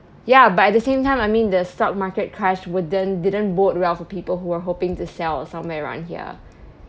ya but at the same time I mean the stock market crash wouldn't didn't bode well for people who are hoping to sell or somewhere around here